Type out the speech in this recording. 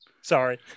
Sorry